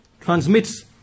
transmits